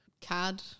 CAD